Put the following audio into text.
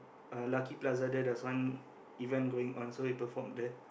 uh Lucky-Plaza there there's one event going on so we performed there